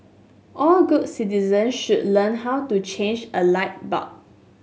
all good citizens should learn how to change a light bulb